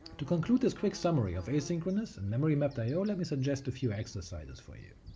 to conclude this quick summary of asynchronous and memory mapped i o, let me suggest a few exercises for you